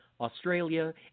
Australia